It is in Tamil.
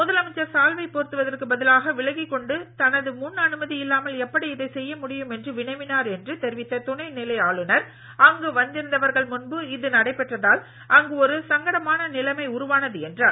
முதலமைச்சர் சால்வை போர்த்துவதற்கு பதிலாக விலகிக் கொண்டு தனது முன் அனுமதியில்லாமல் எப்படி இதை செய்ய முடியும் என வினவினார் என தெரிவித்த துணை நிலை ஆளுநர் அங்கு வந்திருந்தவர்கள் முன்பு இது நடைபெற்றதால் அங்கு ஒரு சங்கடமான நிலைமை உருவானது என்றார்